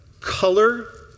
Color